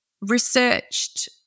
researched